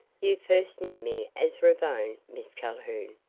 you first knew me as ravone, miss calhoun,